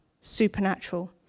supernatural